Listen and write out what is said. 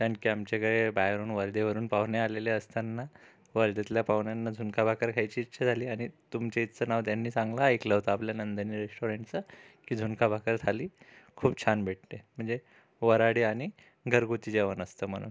कारण की आमच्याकडे बाहेरून वर्ध्यावरून पाहुणे आलेले असताना वर्ध्यातल्या पाहुण्यांना झुणका भाकर खायची इच्छा झाली आणि तुमच्या ह्याचं नाव त्यांनी चांगलं ऐकलं होतं आपल्या नंदिनी रेश्टॉरंटचं की झुणका भाकर थाळी खूप छान भेटते म्हणजे वऱ्हाडी आणि घरगुती जेवण असतं म्हणून